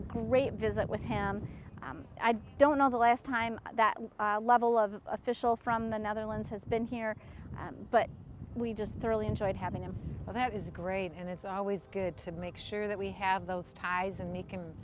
a great visit with him i don't know the last time that level of official from the netherlands has been here but we just thoroughly enjoyed having him that is great and it's always good to make sure that we have those ties and make him